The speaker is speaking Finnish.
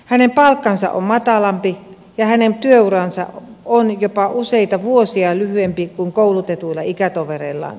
hänen palkkansa on matalampi ja hänen työuransa on jopa useita vuosia lyhyempi kuin koulutetuilla ikätovereillaan